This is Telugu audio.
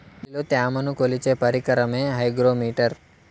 గాలిలో త్యమను కొలిచే పరికరమే హైగ్రో మిటర్